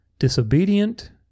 disobedient